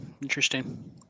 interesting